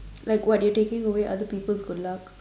like what you're taking away other people's good luck